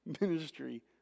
ministry